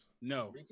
No